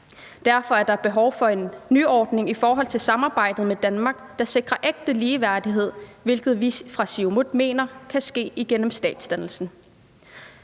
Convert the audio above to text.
Derfor er der behov for en nyordning i forhold til samarbejdet med Danmark, der sikrer ægte ligeværdighed, hvilket vi fra Siumut mener kan ske igennem statsdannelse.